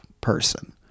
person